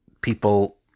people